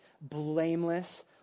blameless